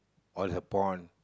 all the porn